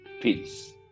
Peace